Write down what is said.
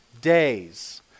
days